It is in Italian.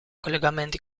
collegamenti